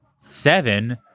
Seven